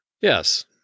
Yes